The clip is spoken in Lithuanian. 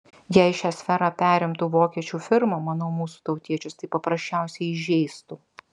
jei šią sferą perimtų vokiečių firma manau mūsų tautiečius tai paprasčiausiai įžeistų